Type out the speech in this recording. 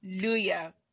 Hallelujah